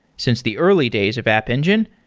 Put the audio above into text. since the early days of app engine,